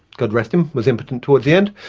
god rest him, was impotent towards the end.